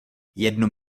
jednu